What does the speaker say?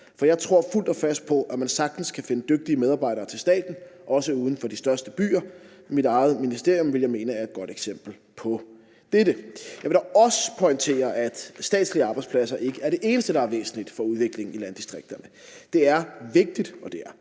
for jeg tror fuldt og fast på, at man sagtens kan finde dygtige medarbejdere til staten, også uden for de største byer. Mit eget ministerium vil jeg mene er et godt eksempel på dette. Jeg vil da også pointere, at statslige arbejdspladser ikke er det eneste, der er væsentligt for udviklingen i landdistrikterne. Det er meget vigtigt, at vi